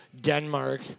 Denmark